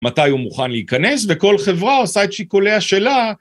מתי הוא מוכן להיכנס וכל חברה עושה את שיקוליה שלה.